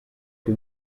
che